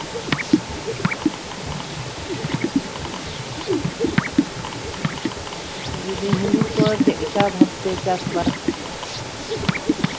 ᱞᱟᱹᱭᱫᱟᱹᱧ ᱦᱩᱲᱩ ᱠᱚ ᱪᱮᱫ ᱞᱮᱠᱟ ᱵᱷᱟᱵᱽᱛᱮ ᱪᱟᱥᱼᱵᱟᱥ